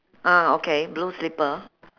ah okay blue slipper